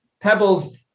pebbles